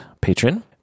patron